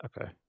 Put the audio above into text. Okay